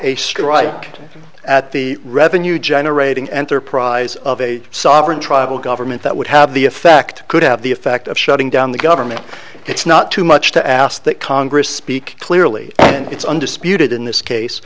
a strike at the revenue generating enterprise of a sovereign tribal government that would have the effect could have the effect of shutting down the government it's not too much to ask that congress speak clearly and it's undisputed in this case